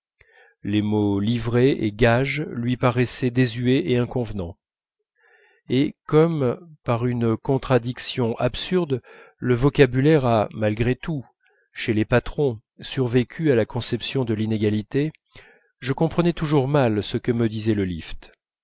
les mots livrée et gages lui paraissaient désuets et inconvenants et comme par une contradiction absurde le vocabulaire a malgré tout chez les patrons survécu à la conception de l'inégalité je comprenais toujours mal ce que me disait le lift